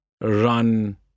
run